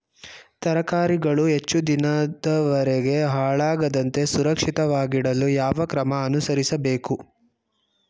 ತರಕಾರಿಗಳು ಹೆಚ್ಚು ದಿನದವರೆಗೆ ಹಾಳಾಗದಂತೆ ಸುರಕ್ಷಿತವಾಗಿಡಲು ಯಾವ ಕ್ರಮ ಅನುಸರಿಸಬೇಕು?